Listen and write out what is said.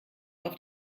auf